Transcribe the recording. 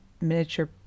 Miniature